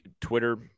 Twitter